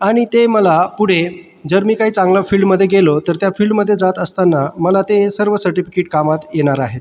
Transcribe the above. आणि ते मला पुढे जर मी काही चांगलं फील्डमध्ये गेलो तर त्या फील्डमध्ये जात असताना मला ते सर्व सर्टिफिकेट कामात येणार आहेत